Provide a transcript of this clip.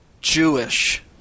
Jewish